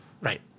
Right